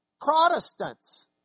Protestants